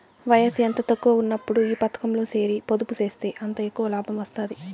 వయసు ఎంత తక్కువగా ఉన్నప్పుడు ఈ పతకంలో సేరి పొదుపు సేస్తే అంత ఎక్కవ లాబం వస్తాది